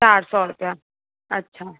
चारि सौ रुपया अच्छा